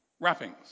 wrappings